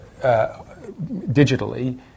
digitally